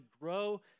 grow